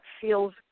feels